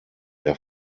der